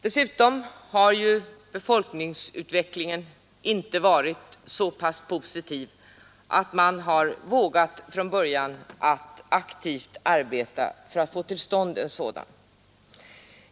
Dessutom har befolkningsutvecklingen inte varit så positiv att man från början vågat aktivt arbeta för att få till stånd en sådan skola.